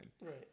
Right